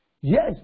Yes